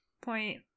point